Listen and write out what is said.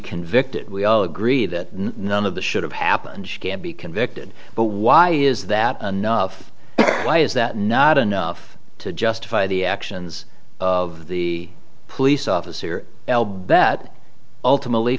convicted we all agree that none of the should have happened she can't be convicted but why is that why is that not enough to justify the actions of the police officer l bet ultimately